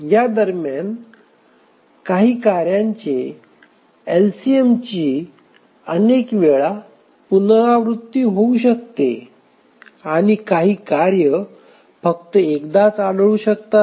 या दरम्यान काही कार्यांचे एलसीएम अनेक वेळा पुनरावृत्त्ती होऊ शकते आणि काही कार्य फक्त एकदाच आढळू शकतात